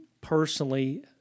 personally